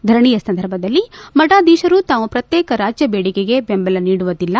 ಧರಣಿ ಸಂದರ್ಭದಲ್ಲಿ ಮಠಾಧೀಶರು ತಾವು ಪ್ರತ್ಯೇಕ ರಾಜ್ಯ ಬೇಡಿಕೆಗೆ ಬೆಂಬಲ ನೀಡುವುದಿಲ್ಲ